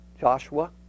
Joshua